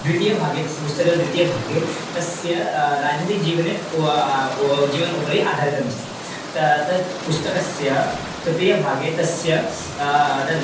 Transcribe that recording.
द्वितीयभागे तस्य पुस्तकद्वितीयभागे तस्य राजनैतिकजीवने वा वो जीवनस्य उपरि आधारितमस्ति त तत् पुस्तकस्य तृतीयभागे तस्य तद् म